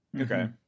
Okay